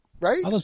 Right